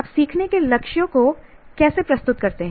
आप सीखने के लक्ष्यों को कैसे प्रस्तुत करते हैं